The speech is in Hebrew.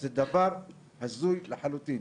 זה מצב הזוי לחלוטין.